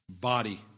body